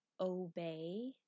obey